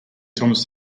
thomas